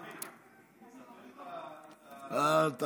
דוד, ספר.